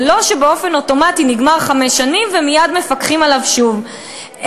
זה לא שבאופן אוטומטי נגמרות חמש שנים ומייד מפקחים עליו שוב,